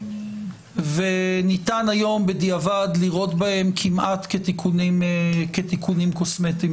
ניתן היום בדיעבד לראות תיקונים קוסמטיים.